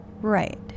Right